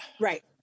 right